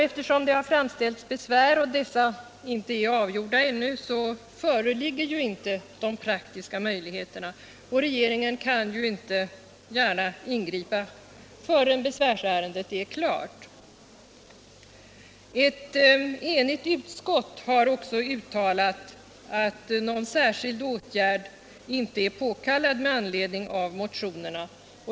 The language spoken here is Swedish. Eftersom det har framställts besvär och dessa ärenden inte är avgjorda ännu föreligger inte de praktiska möjligheterna. Regeringen kan inte gärna ingripa förrän besvärsärendena är klara. Ett enigt utskott har också uttalat att någon särskild åtgärd inte är påkallad med anledning av motionerna.